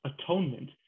atonement